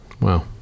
Wow